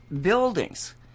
buildings